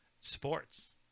sports